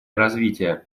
развитие